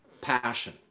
passion